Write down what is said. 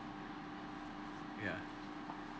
yeah